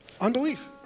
Unbelief